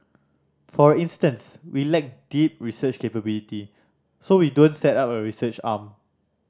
for instance we lack deep research capability so we don't set up a research arm